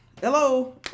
Hello